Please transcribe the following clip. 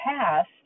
past